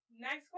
Next